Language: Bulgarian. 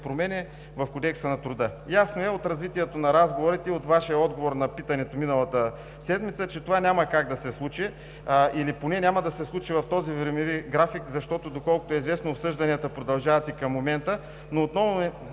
промени в Кодекса на труда. Ясно е от развитието на разговорите и от Вашия отговор на питането ми миналата седмица, че това няма как да се случи или поне няма да се случи в този времеви график, защото, доколкото е известно, обсъжданията продължават и към момента. Но отново ще